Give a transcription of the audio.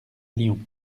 lyon